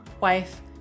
wife